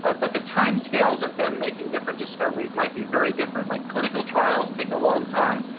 ah but the timescales of them making different discoveries might be very different. like clinical trials take a long time.